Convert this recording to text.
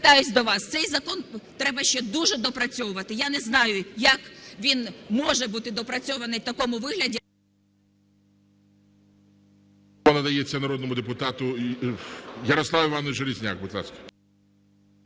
звертаюсь до вас, цей закон треба ще дуже доопрацьовувати. Я не знаю, як він може бути доопрацьований в такому вигляді.